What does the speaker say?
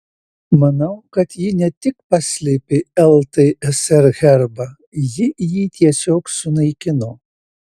manau kad ji ne tik paslėpė ltsr herbą ji jį tiesiog sunaikino